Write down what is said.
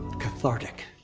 cathartic.